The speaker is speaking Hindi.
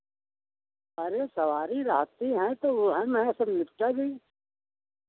अरे सवारी रहती है तो वोहय में सब निपटा जइही